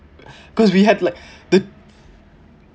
cause we had like the